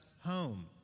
home